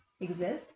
exist